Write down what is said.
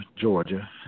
Georgia